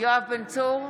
יואב בן צור,